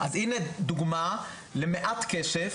אז הנה דוגמא למעט כסף,